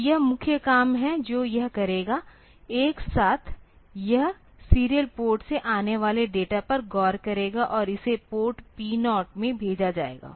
तो यह मुख्य काम है जो यह करेगा एक साथ यह सीरियल पोर्ट से आने वाले डेटा पर गौर करेगा और इसे पोर्ट P0 में भेजा जाएगा